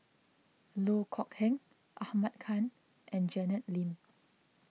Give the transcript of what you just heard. Loh Kok Heng Ahmad Khan and Janet Lim